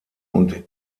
und